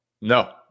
No